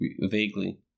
vaguely